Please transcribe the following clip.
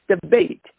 debate